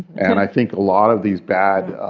and i think a lot of these bad